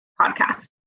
podcast